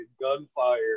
gunfire